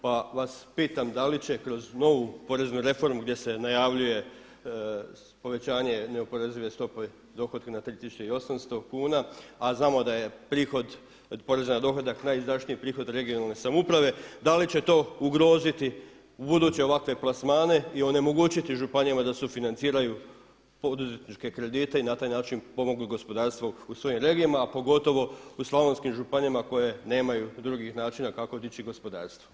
Pa vas pitam da li će kroz novu poreznu reformu gdje se najavljuje povećanje neoporezive stope dohotka na 3800 kuna, a znamo da je prihod od poreza na dohodak najizdašniji prihod regionalne samouprave da li će to ugroziti ubuduće ovakve plasmane i onemogućiti županijama da sufinanciraju poduzetničke kredite i na taj način pomognu gospodarstvo u svojim regijama a pogotovo u slavonskim županijama koje nemaju drugih načina kako dići gospodarstvo.